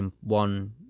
one